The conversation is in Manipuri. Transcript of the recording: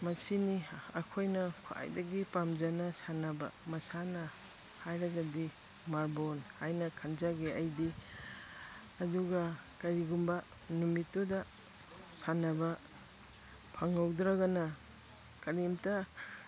ꯃꯁꯤꯅꯤ ꯑꯩꯈꯣꯏꯅ ꯈ꯭ꯋꯥꯏꯗꯒꯤ ꯄꯥꯝꯖꯅ ꯁꯥꯟꯅꯕ ꯃꯁꯥꯟꯅ ꯍꯥꯏꯔꯒꯗꯤ ꯃꯥꯔꯕꯣꯜ ꯍꯥꯏꯅ ꯈꯟꯖꯒꯦ ꯑꯩꯗꯤ ꯑꯗꯨꯒ ꯀꯔꯤꯒꯨꯝꯕ ꯅꯨꯃꯤꯠꯇꯨꯗ ꯁꯥꯟꯅꯕ ꯐꯪꯍꯧꯗ꯭ꯔꯒꯅ ꯀꯔꯤꯝꯇ